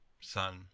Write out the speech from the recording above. son